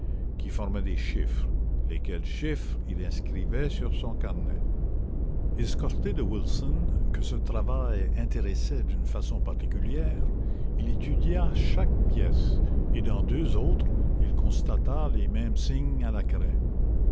qui formaient des chiffres lesquels chiffres il inscrivait sur son carnet escorté de wilson que ce travail intéressait d'une façon particulière il étudia chaque pièce et dans deux autres il constata les mêmes signes à la craie